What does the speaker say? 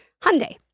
Hyundai